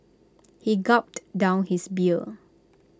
he gulped down his beer